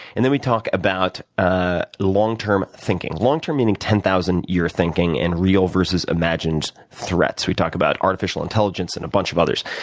and then, we talk about ah long term thinking. long term meaning ten thousand year thinking and real versus imagined threats. we talk about artificial intelligence and a bunch of others.